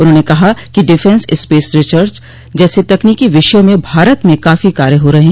उन्होंने कहा कि डिफेंस स्पेस रिसर्च जैसे तकनीकी विषयों में भारत मं काफी कार्य हो रहे हैं